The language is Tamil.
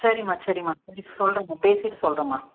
சரிம்மா சரிம்மா பேசிவிட்டு சொல்கிறேன்மா பேசிவிட்டு சொல்கிறேன்மா